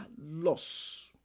loss